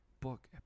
book